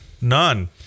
none